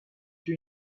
two